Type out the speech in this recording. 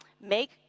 make